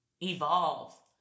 evolve